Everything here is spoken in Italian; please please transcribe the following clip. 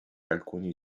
alcuni